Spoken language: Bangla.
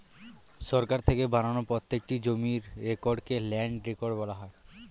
সরকার থেকে বানানো প্রত্যেকটি জমির রেকর্ডকে ল্যান্ড রেকর্ড বলা হয়